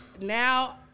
now